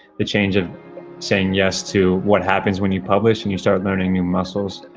the change of saying yes to what happens when you publish and you start learning new muscles.